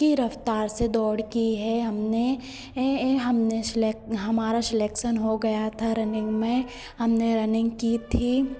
की रफ़्तार से दौड़ की है हमने यह यह हमने सिलेक्ट हमारा सिलेक्शन हो गया था रनिंग में हमने रनिंग की थी